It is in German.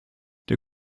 der